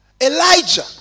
Elijah